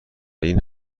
این